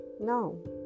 no